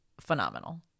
phenomenal